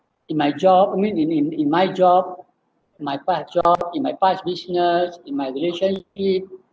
in my job I mean in in in my job my past job in my past business in my relationship